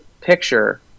picture